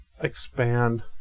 expand